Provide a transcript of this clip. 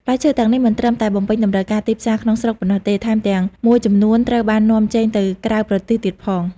ផ្លែឈើទាំងនេះមិនត្រឹមតែបំពេញតម្រូវការទីផ្សារក្នុងស្រុកប៉ុណ្ណោះទេ ថែមទាំងមួយចំនួនត្រូវបាននាំចេញទៅក្រៅប្រទេសទៀតផង។